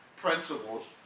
principles